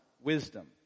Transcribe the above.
wisdom